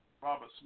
Robert